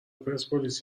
پرسپولیس